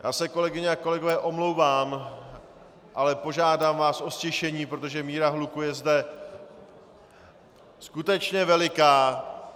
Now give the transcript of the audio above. Já se, kolegyně a kolegové omlouvám, ale požádám vás o ztišení, protože míra hluku je zde skutečně veliká.